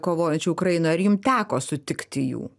kovojančių ukrainoj ar jum teko sutikti jų